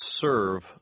serve